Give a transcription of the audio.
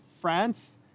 France